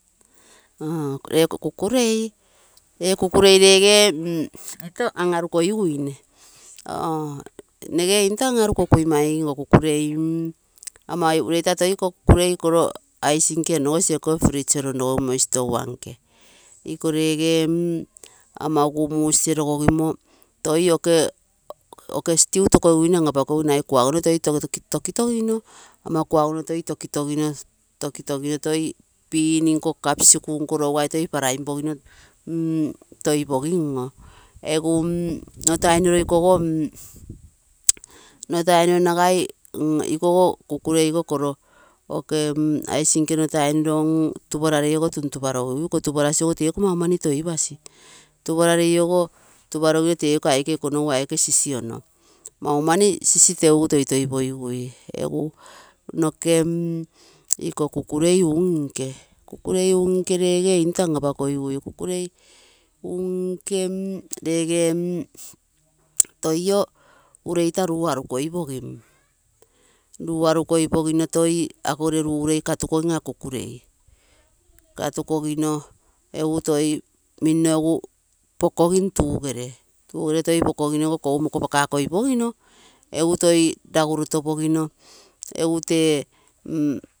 Eee kukurei rege into an arukogiguine, nnege into an anikokui maigim ee kukulei mm ama ureita toi iko kukulei koroo ke nke onogosi ekopiro freezer auu lonrogogimoi. Iko rege oi ama ugusiee rogogimo toi okee stew tontokogiguine an apakogigui ragai kuagono an apakogigui tokitogino ama kuagono toi tokitogino to bean nko capsicum rougai toi paraim poginoo mm toi pogim oo egu nno nno tai nororo iko oi kukulei iko koroo okee ke nke nno taino norob tupa rarei ogo tuntupa rogigui, tupa lasi ogo teikso mau mani toipasi. Tupararei ogo teiko aike ikonogu aike sisiono. Maumani sisi teugu toitoi pogigui, egu noke iko kukulei un-nkee kukulei unkee legee into an apakogigui, kukulei unke regere mm toi oo ureita taa arukoi pogim. Luu arukoipogino akogere luu katukogim akoo kukulei. Katukogino egu toi mino egu tugee pokapogim toi iko kou moko pakoi pogino egu toi raguloto pogino egu toi an angom.